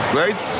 right